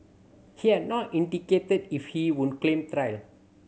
he has not indicated if he would claim trial